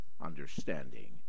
understanding